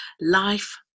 life